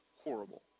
horrible